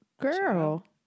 Girl